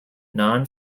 non